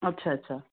अच्छा अच्छा